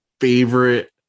favorite